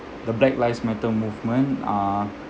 the black lives matter movement uh